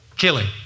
killing